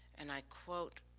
and i quote,